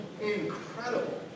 incredible